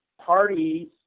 parties